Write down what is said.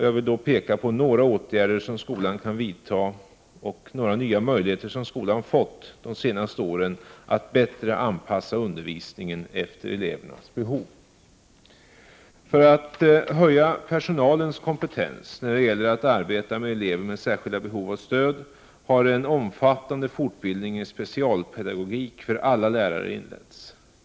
Jag vill peka på några åtgärder som skolan kan vidta och nya möjligheter som skolan fått de senaste åren för att bättre anpassa undervisningen efter elevernas behov. För att höja personalens kompetens när det gäller att arbeta med elever med särskilda behov av stöd, har en omfattande fortbildning i specialpedagogik för alla lärare inletts.